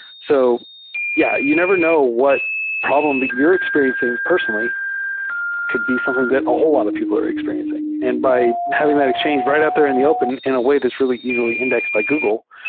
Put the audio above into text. so yeah, you never know what problem that you're experiencing personally could be something that a whole lot of people are experiencing. and by having that exchange right out there in the open in a way that's really easily indexed by google,